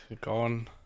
gone